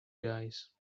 guys